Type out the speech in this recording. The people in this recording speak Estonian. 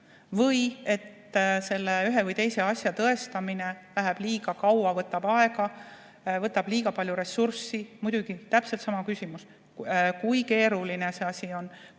või et ühe või teise asja tõestamine võtab liiga kaua aega, võtab liiga palju ressurssi. Muidugi, täpselt sama küsimus: kui keeruline see asi on,